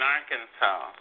Arkansas